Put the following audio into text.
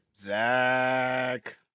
Zach